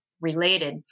related